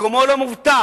מקומו לא מובטח,